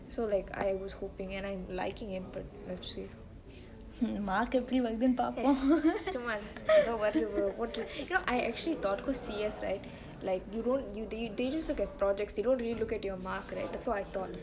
so like I was hoping and I'm liking it but let's see that's too much you know I actually thought cause C_S right they just look at projects they don't really look at your mark right that's what I thought